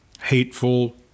hateful